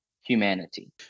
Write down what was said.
humanity